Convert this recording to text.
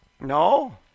No